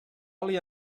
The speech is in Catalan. oli